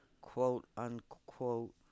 quote-unquote